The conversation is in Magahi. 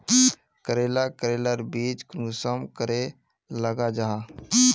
करेला करेलार बीज कुंसम करे लगा जाहा?